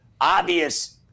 obvious